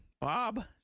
Bob